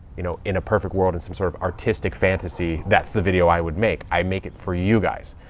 you know, in a perfect world in some sort of artistic fantasy, that's the video i would make. i make it for you guys.